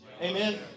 Amen